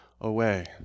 away